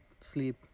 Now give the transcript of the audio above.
sleep